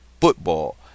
Football